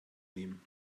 nehmen